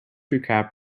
recap